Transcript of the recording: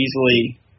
easily